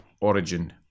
origin